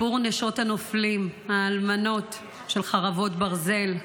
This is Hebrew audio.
סיפור נשות הנופלים, האלמנות של חרבות ברזל.